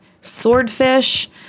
swordfish